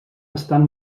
estan